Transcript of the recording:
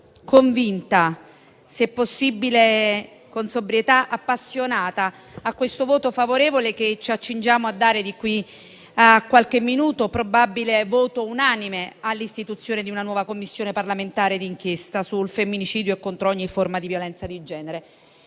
convinta, se possibile con sobrietà appassionata, al voto favorevole che ci accingiamo a esprimere di qui qualche minuto, probabilmente all'unanimità, per l'istituzione di una nuova Commissione parlamentare d'inchiesta sul femminicidio e contro ogni forma di violenza di genere.